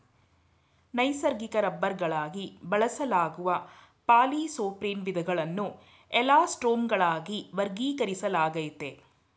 ನೈಸರ್ಗಿಕ ರಬ್ಬರ್ಗಳಾಗಿ ಬಳಸಲಾಗುವ ಪಾಲಿಸೊಪ್ರೆನ್ನ ವಿಧಗಳನ್ನು ಎಲಾಸ್ಟೊಮರ್ಗಳಾಗಿ ವರ್ಗೀಕರಿಸಲಾಗಯ್ತೆ